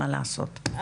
מה לעשות,